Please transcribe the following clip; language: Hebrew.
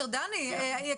דני,